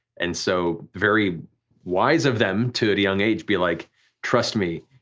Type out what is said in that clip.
and so very wise of them to at a young age be like trust me,